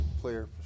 player